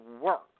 work